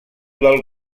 del